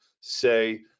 say